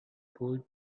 pulled